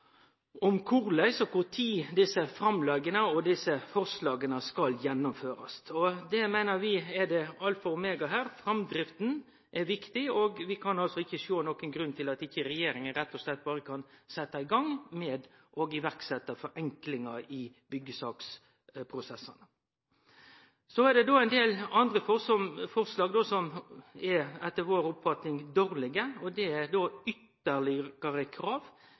om korleis og når desse forslaga skal gjennomførast. Det meiner vi er alfa og omega. Framdrifta er viktig. Vi kan ikkje sjå nokon grunn til at ikkje regjeringa rett og slett berre kan setje i verk forenklingar i byggjesaksprosessane. Så er det ein del andre forslag som etter vår oppfatning er dårlege. Det gjeld ytterlegare krav